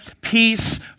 peace